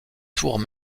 tours